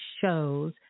shows